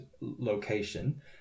location